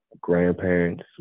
grandparents